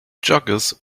joggers